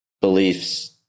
beliefs